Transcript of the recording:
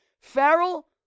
Farrell